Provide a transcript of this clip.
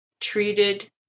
treated